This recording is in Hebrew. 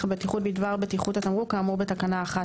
הבטיחות בדבר בטיחות התמרוק כאמור בתקנה 11,